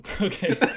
Okay